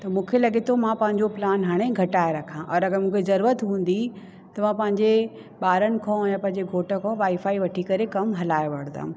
त मूंखे लॻे थो मां पंहिंजो प्लान हाणे घटाए रखां और अगरि मूंखे जरूरत हूंदी त मां पंहिंजे ॿारनि खों या पंहिंजे घोटु खों वाई फाई वठी करे कमु हलाए वठंदमि